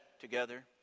together